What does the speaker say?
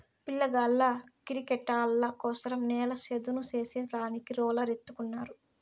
పిల్లగాళ్ళ కిరికెట్టాటల కోసరం నేల చదును చేసే దానికి రోలర్ ఎత్తుకున్నారు